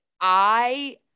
I-